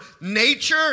nature